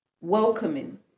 welcoming